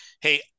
Hey